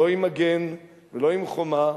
לא עם מגן ולא עם חומה,